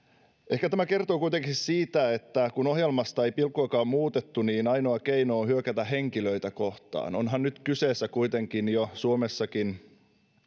ehkä tämä kertoo kuitenkin siitä että kun ohjelmasta ei pilkkuakaan muutettu niin ainoa keino on hyökätä henkilöitä kohtaan onhan nyt kyseessä kuitenkin jo suomessakin